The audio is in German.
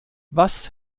was